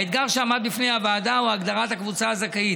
האתגר שעמד בפני הוועדה הוא הגדרת הקבוצה הזכאית.